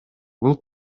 бул